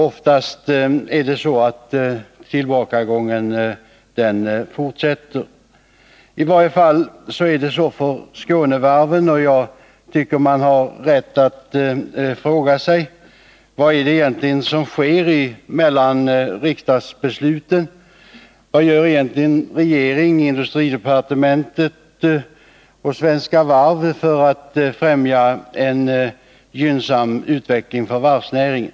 Oftast är det så att tillbakagången fortsätter. I varje fall är det så för Skånevarven. Och jag tycker att man har rätt att fråga sig: Vad är det som sker mellan riksdagsbesluten? Vad gör egentligen regering, industridepartementet och Svenska Varv för att främja en gynnsam utveckling för varvsnäringen?